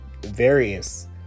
Various